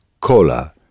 cola